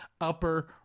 upper